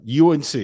UNC